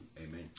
Amen